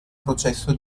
processo